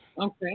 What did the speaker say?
Okay